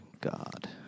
God